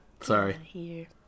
Sorry